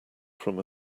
from